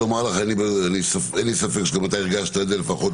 אין לי ספק שגם אתה הרגשת את זה, לפחות